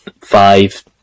five